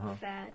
fat